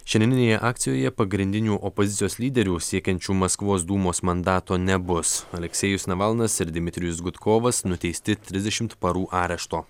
šiandieninėje akcijoje pagrindinių opozicijos lyderių siekiančių maskvos dūmos mandato nebus aleksejus navalnas ir dmitrijus gudkovas nuteisti trisdešimt parų arešto